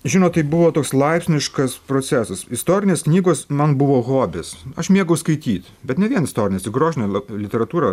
žinot tai buvo toks laipsniškas procesas istorinės knygos man buvo hobis aš mėgau skaityt bet ne vien istorines grožinę literatūrą